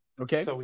Okay